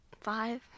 Five